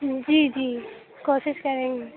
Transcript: جی جی کوشش کریں گے